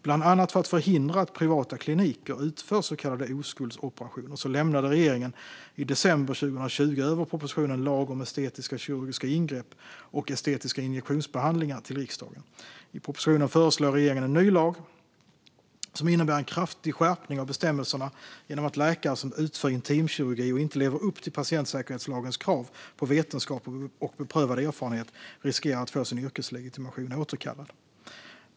Bland annat för att förhindra att privata kliniker utför så kallade oskuldsoperationer lämnade regeringen i december 2020 över propositionen Lag om estetiska kirurgiska ingrepp och estetiska injektionsbehandlingar till riksdagen. I propositionen föreslår regeringen en ny lag som innebär en kraftig skärpning av bestämmelserna genom att läkare som utför intimkirurgi och inte lever upp till patientsäkerhetslagens krav på vetenskap och beprövad erfarenhet riskerar att få sin yrkeslegitimation återkallad.